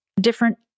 different